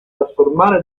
trasformare